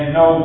no